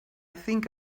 think